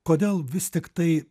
kodėl vis tiktai